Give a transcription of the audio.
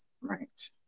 Right